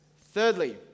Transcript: thirdly